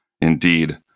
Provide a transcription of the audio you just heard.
Indeed